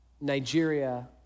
Nigeria